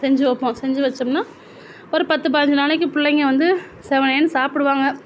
செஞ்சு வைப்போம் செஞ்சு வச்சோம்னா ஒரு பத்து பதினஞ்சு நாளைக்கு பிள்ளைங்க வந்து செவனேன்னு சாப்பிடுவாங்க